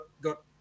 got